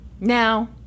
Now